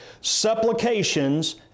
supplications